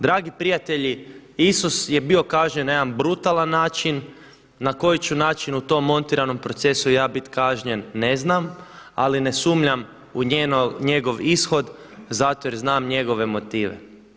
Dragi prijatelji, Isus je bio kažnjen na jedan brutalan način, na koji način ću u tom montiranom procesu ja biti kažnjen ne znam, ali ne sumnjam u njegov ishod zato jer znam njegove motive.